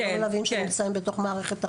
זה לא מלווים שנמצאים בתוך מערכת החינוך?